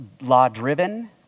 law-driven